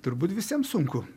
turbūt visiems sunku